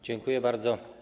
Dziękuję bardzo.